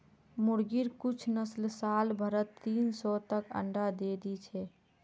मुर्गिर कुछ नस्ल साल भरत तीन सौ तक अंडा दे दी छे